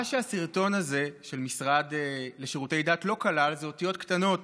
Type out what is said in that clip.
מה שהסרטון הזה של המשרד לשירותי דת לא כלל הוא אותיות קטנות